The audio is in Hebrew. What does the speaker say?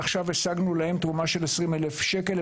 עכשיו השגנו להם תרומה של 20,000 שקל.